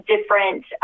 different